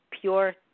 pure